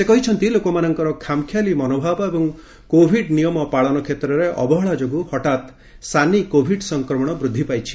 ସେ କହିଛନ୍ତି ଲୋକମାନଙ୍କର ଖାମଖିଆଲି ମନୋଭାବ ଓ କୋଭିଡ ନିୟମ ପାଳନ କ୍ଷେତ୍ରରେ ଅବହେଳା ଯୋଗୁଁ ହଠାତ୍ ସାନି କୋଭିଡ ସଂକ୍ରମଣ ବୃଦ୍ଧି ପାଇଛି